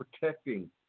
protecting